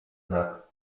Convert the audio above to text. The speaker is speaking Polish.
znak